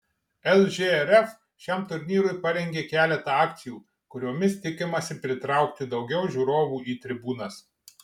lžrf šiam turnyrui parengė keletą akcijų kuriomis tikimasi pritraukti daugiau žiūrovų į tribūnas